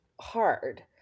hard